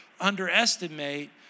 underestimate